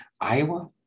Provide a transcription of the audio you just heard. Iowa